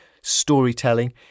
storytelling